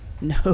No